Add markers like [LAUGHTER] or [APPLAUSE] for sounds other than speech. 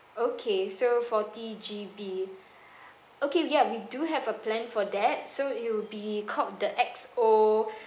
okay so forty G_B [BREATH] okay yeah we do have a plan for that so it will be called the X O